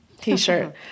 t-shirt